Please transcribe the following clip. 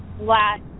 last